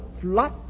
flood